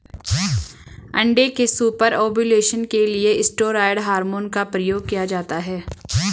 अंडे के super ovulation के लिए स्टेरॉयड हार्मोन का उपयोग किया जाता है